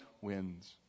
wins